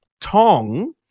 Tong